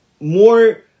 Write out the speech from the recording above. more